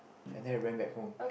and then I went back home